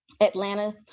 Atlanta